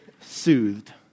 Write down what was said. soothed